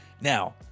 Now